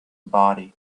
body